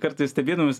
kartais stebėdavomės